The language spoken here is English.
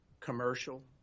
commercial